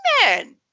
man